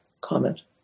comment